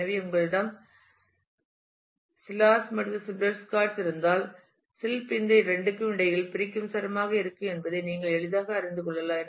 எனவே உங்களிடம் சிலாஸ் மற்றும் சில்பர்ஸ்காட்ஸ் இருந்தால் சில்ப் இந்த இரண்டிற்கும் இடையில் பிரிக்கும் சரமாக இருக்கும் என்பதை நீங்கள் எளிதாக அறிந்து கொள்ளலாம்